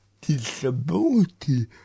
disability